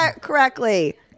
correctly